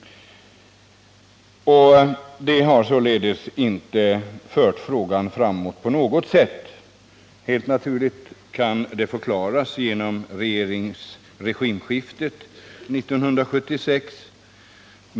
Det har inte fört frågan framåt på något sätt. Helt naturligt kan det förklaras genom regimskiftet 1976.